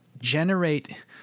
generate